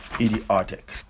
idiotic